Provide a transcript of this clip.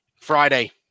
Friday